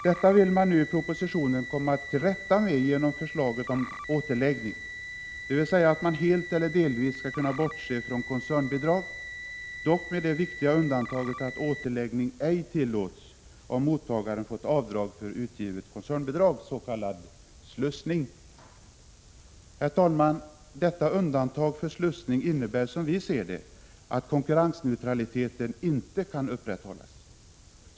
Detta vill man nu i propositionen komma till rätta med genom förslaget om återläggning, dvs. att man helt eller delvis skall kunna bortse från koncernbidrag, dock med det viktiga undantaget att återläggning ej tillåts, om mottagaren fått göra avdrag för utgivet koncernbidrag, s.k. slussning. Herr talman! Detta undantag för slussning innebär, som vi ser det, att konkurrensneutraliteten inte kan upprätthållas.